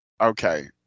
Okay